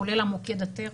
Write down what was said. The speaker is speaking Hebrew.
כולל המוקד הטכני.